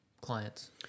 clients